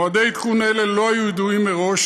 מועדי עדכון אלה לא היו ידועים מראש.